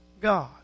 God